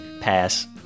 pass